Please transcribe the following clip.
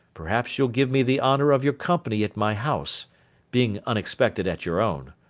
perhaps you'll give me the honour of your company at my house being unexpected at your own.